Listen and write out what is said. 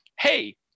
hey